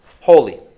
holy